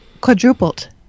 quadrupled